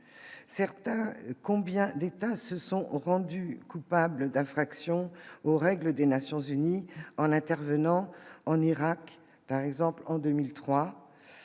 combien d'États se sont rendus coupables d'infraction aux règles des Nations unies en intervenant en Irak par exemple, en 2003,